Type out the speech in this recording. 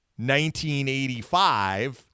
1985